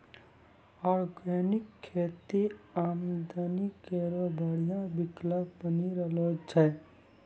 organic खेती आमदनी केरो बढ़िया विकल्प बनी रहलो छै